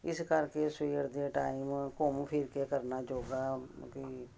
ਇਸ ਕਰਕੇ ਸਵੇਰ ਦੇ ਟਾਈਮ ਘੁੰਮ ਫਿਰ ਕੇ ਕਰਨਾ ਯੋਗਾ ਮਤਲਬ ਕਿ